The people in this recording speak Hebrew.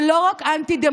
זה לא רק אנטי-דמוקרטי,